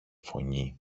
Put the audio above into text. φωνή